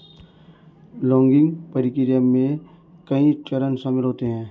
logging प्रक्रिया में कई चरण शामिल होते है